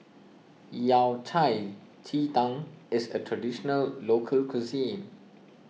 Yao Cai Ji Tang is a Traditional Local Cuisine